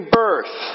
birth